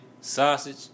sausage